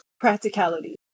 practicality